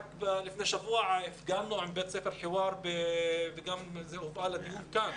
רק לפני שבוע הפגנו עם בית ספר חוואר וזה גם הובא לדיון כאן.